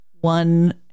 One